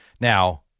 Now